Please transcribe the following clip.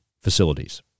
facilities